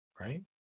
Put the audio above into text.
right